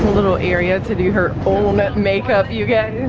little area to do her own and makeup you guys.